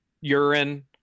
urine